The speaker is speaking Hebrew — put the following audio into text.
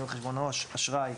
ניהול חשבון עו"ש, אשראי,